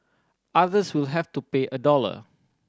others will have to pay a dollar